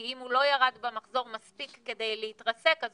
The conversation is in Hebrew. כי אם הוא לא ירד במחזור מספיק כדי להתרסק אז